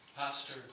Pastor